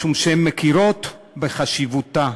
משום שהן מכירות בחשיבותה: